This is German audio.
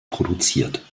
produziert